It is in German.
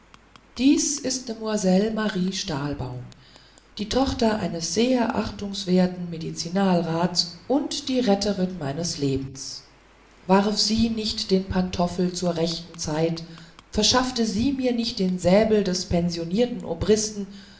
dies ist die demoiselle marie stahlbaum die tochter eines sehr achtungswerten medizinalrates und die retterin meines lebens warf sie nicht den pantoffel zur rechten zeit verschaffte sie mir nicht den säbel des pensionierten obristen